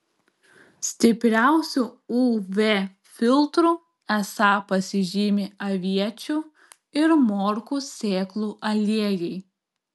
stipriausiu uv filtru esą pasižymi aviečių ir morkų sėklų aliejai